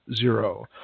zero